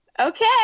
okay